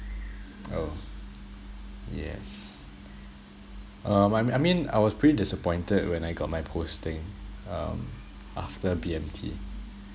oh yes um I I mean I was pretty disappointed when I got my posting um after B_M_T